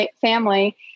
family